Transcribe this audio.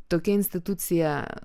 tokia institucija